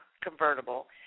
convertible